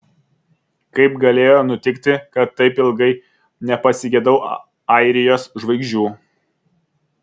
kaip galėjo nutikti kad taip ilgai nepasigedau airijos žvaigždžių